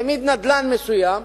העמיד נדל"ן מסוים,